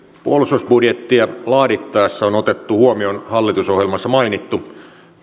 puolustusbudjettia laadittaessa on otettu huomioon hallitusohjelmassa mainittu